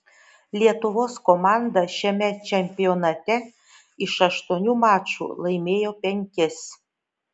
lietuvos komanda šiame čempionate iš aštuonių mačų laimėjo penkis